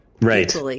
Right